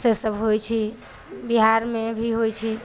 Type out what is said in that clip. से सब होइ छै बिहार मे भी होय छै